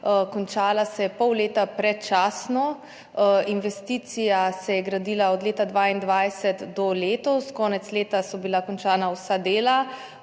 končala se je pol leta predčasno, investicija se je gradila od leta 2022 do letos, konec leta so bila končana vsa dela,